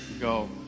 go